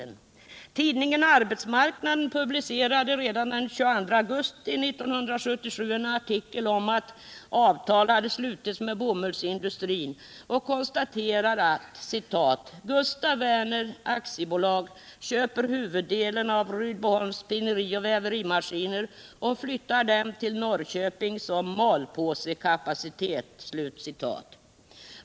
Tidningen Arbetsmarknaden publicerade redan den 22 augusti 1977 en artikel om att avtal hade slutits med bomullsindustrin och konstaterade att ”Gustaf Werner AB köper huvuddelen av Rydboholms spinnerioch väverimaskiner och flyttar dem till Norrköping som malpåsekapacitet”.